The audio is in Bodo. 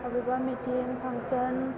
अबेबा मिटिं फांसन